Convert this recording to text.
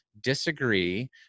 disagree